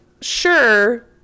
sure